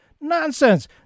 Nonsense